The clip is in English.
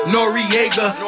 Noriega